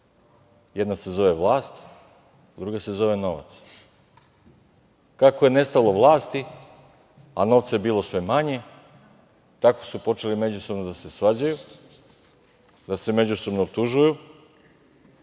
Jedna se zove vlast. Druga se zove novac. Kako je nestalo vlasti, a novca je bilo sve manje, tako su počeli međusobno da se svađaju, da se međusobno optužuju,